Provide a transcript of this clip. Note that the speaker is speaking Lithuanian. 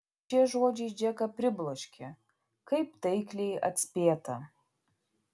šie žodžiai džeką pribloškė kaip taikliai atspėta